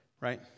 right